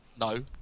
No